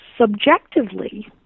subjectively